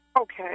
Okay